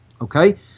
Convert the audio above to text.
Okay